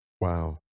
Wow